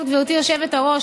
גברתי היושבת-ראש,